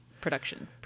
production